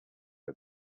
had